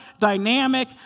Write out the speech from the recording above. dynamic